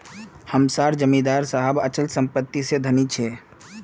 हम सार जमीदार साहब अचल संपत्ति से धनी छे